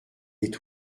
est